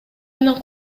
менен